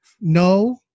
no